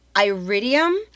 iridium